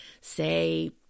say